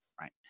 right